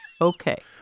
Okay